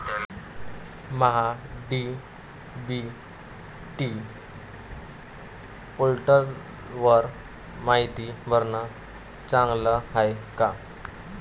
महा DBT पोर्टलवर मायती भरनं चांगलं हाये का?